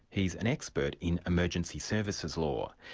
he's an expert in emergency services law.